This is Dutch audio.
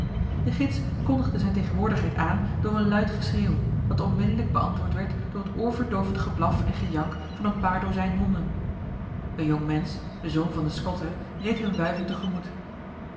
de gids kondigde zijne tegenwoordigheid aan door een luid geschreeuw dat onmiddellijk beantwoord werd door het oorverdoovend geblaf en gejank van een paar dozijn honden een jong mensch de zoon van den squatter reed hun wuivend